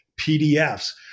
PDFs